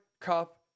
Cup